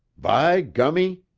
by gummy,